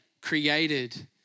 created